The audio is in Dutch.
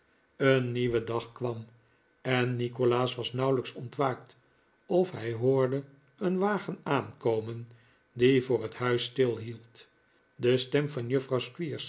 een nieuwe dag kwam en nikolaas was nauwelijks ontwaakt of hij hoorde een wagen aankomen die voor het huis stilhield de stem van juffrouw